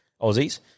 Aussies